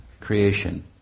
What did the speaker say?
creation